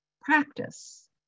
practice